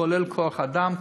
כולל כוח-אדם,